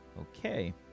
Okay